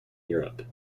europe